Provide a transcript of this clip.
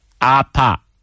Apa